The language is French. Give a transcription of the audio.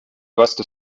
vaste